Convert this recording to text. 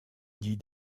dit